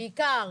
בעיקר